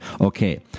Okay